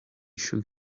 shook